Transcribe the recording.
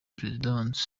perezidansi